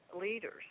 leaders